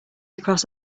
across